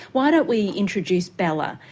why don't we introduce bella,